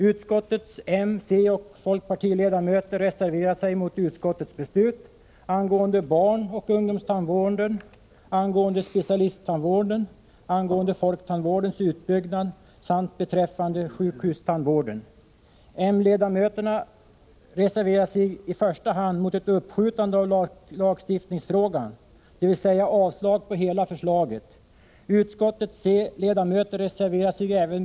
Utskottets m-, coch fp-ledamöter reserverar sig mot utskottets beslut angående barnoch ungdomstandvården, specialisttandvården, folktandvårdens utbyggnad samt beträffande sjukhustandvården. M-ledamöterna reserverar sig i första hand för ett uppskjutande av lagstiftningsfrågan, innebärande avslag på hela förslaget. Utskottets c-ledamöter reserverar sig även.